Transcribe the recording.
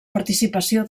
participació